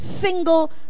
single